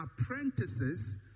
apprentices